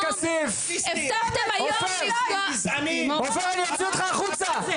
עופר כסיף, עופר, אתה רוצה שאני אוציא אותך החוצה?